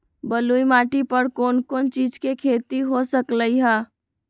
बलुई माटी पर कोन कोन चीज के खेती हो सकलई ह?